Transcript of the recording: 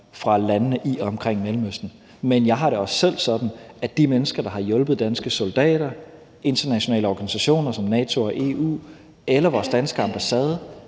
fra landene i og omkring Mellemøsten, men jeg synes faktisk, at når det handler om de mennesker, der har hjulpet danske soldater, internationale organisationer som NATO og EU eller vores danske ambassade,